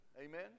Amen